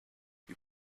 you